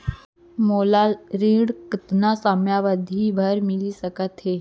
मोला ऋण कतना समयावधि भर मिलिस सकत हे?